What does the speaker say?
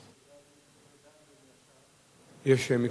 יש מיקרופון?